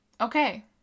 Okay